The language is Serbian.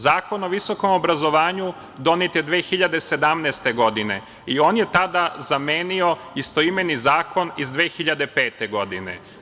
Zakon o visokom obrazovanju donet je 2017. godine i on je tada zamenio istoimeni zakon iz 2005. godine.